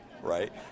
right